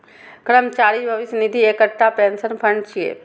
कर्मचारी भविष्य निधि एकटा पेंशन फंड छियै